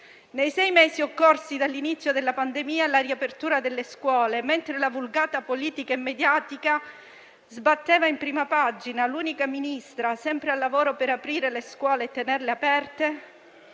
Nei sei mesi occorsi dall'inizio della pandemia alla riapertura delle scuole, mentre la vulgata politica e mediatica sbatteva in prima pagina l'unico Ministro sempre al lavoro per aprire le scuole e tenerle aperte,